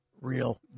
real